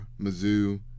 Mizzou